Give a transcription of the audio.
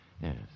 Yes